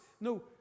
No